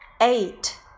Eight